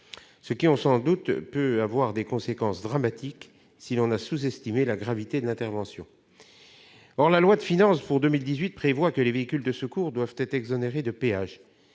ce qui, l'on s'en doute, peut avoir des conséquences dramatiques si l'on a sous-estimé la gravité de l'intervention. Or la loi de finances pour 2018 prévoit que les véhicules de secours doivent être exonérés de péage.